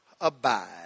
abide